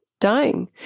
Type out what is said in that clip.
dying